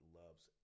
loves